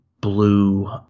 blue